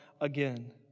again